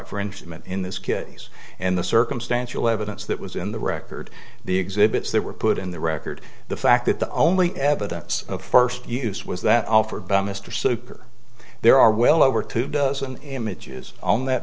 for interment in this case and the circumstantial evidence that was in the record the exhibits that were put in the record the fact that the only evidence of first use was that offered by mr super there are well over two dozen images on that